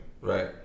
Right